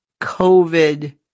COVID